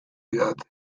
didate